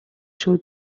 шүү